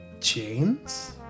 chains